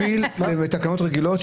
זה מקביל לתקנות רגילות,